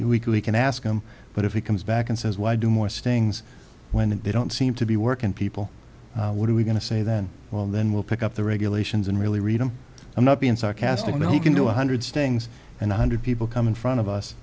we can ask him but if he comes back and says why do more stings when they don't seem to be working people what are we going to say then well then we'll pick up the regulations and really read and i'm not being sarcastic but he can do one hundred staying and one hundred people come in front of us